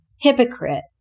Hypocrite